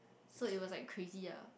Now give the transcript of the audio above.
so it was like crazy ah